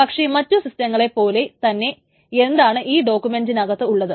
പക്ഷേ മറ്റു സിസ്റ്റങ്ങളെ പോലെ തന്നെ എന്താണ് ഈ ഡോക്യൂമെന്റിനകത്ത് ഉള്ളത്